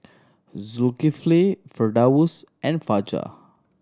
Zulkiflay Firdaus and Fajar